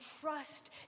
trust